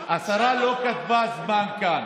השרה לא כתבה כאן זמן,